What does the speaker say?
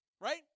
right